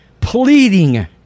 pleading